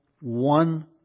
one